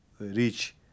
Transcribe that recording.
reach